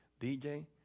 DJ